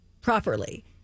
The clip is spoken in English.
properly